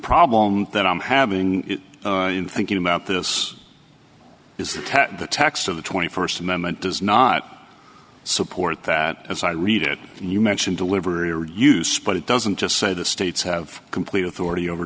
problem that i'm having in thinking about this is that tat the tax of the twenty first amendment does not support that as i read it and you mentioned delivery or use but it doesn't just say the states have complete authority over